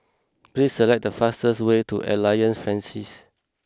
please select the fastest way to Alliance Francaise